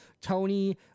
tony